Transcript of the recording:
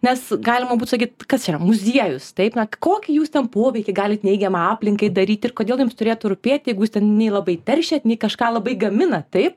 nes galima būt sakyt kas čia yra muziejus taip na kokį jūs ten poveikį galit neigiamą aplinkai daryti ir kodėl jums turėtų rūpėti jeigu jūs ten nei labai teršiat nei kažką labai gaminat taip